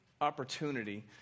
opportunity